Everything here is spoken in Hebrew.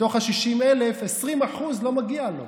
מתוך ה-60,000, 20% לא מגיע לו.